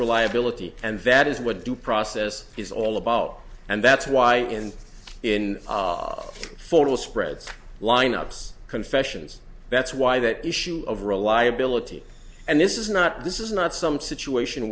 reliability and that is what due process is all about and that's why in in full spreads lineups confessions that's why that issue of reliability and this is not this is not some situation